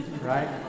Right